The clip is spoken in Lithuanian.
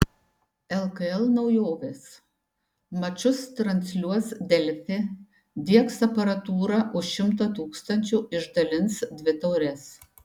lkl naujovės mačus transliuos delfi diegs aparatūrą už šimtą tūkstančių išdalins dvi taures